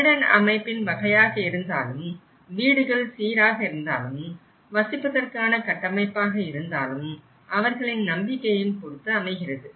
கட்டட அமைப்பின் வகையாக இருந்தாலும் வீடுகள் சீராக இருந்தாலும் வசிப்பதற்கான கட்டமைப்பாக இருந்தாலும் அவர்களின் நம்பிக்கையையும் பொறுத்து அமைகிறது